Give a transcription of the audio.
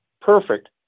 perfect